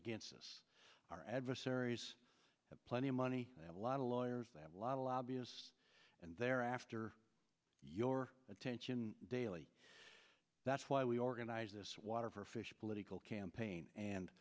against us our adversaries have plenty of money they have a lot of lawyers they have a lot of lobbyists and they're after your attention daily that's why we organize this water for fish political campaign and